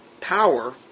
power